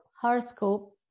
horoscope